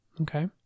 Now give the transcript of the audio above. Okay